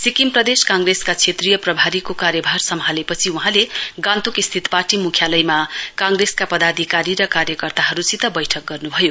सिक्किम प्रदेश कांग्रेसका क्षेत्रीय प्रभारीका कार्यभार सम्हालेपछि वहाँले गान्तोक स्थित पार्टी मुख्यलय कांग्रेसका पदाधिकारी र कार्यकर्ताहरूसित बैठक गर्नुभयो